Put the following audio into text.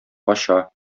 кача